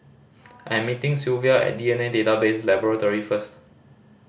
I'm meeting Sylvia at D N A Database Laboratory first